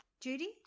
Judy